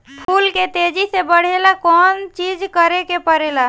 फूल के तेजी से बढ़े ला कौन चिज करे के परेला?